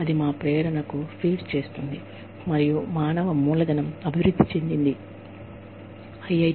ఇది మా ప్రేరణను మరియు మానవ మూలధనాన్ని అభివృద్ధి చేసిన మీ జవాబుదారీతనం పెంచడానికి ఇది మాకు సహాయపడుతుంది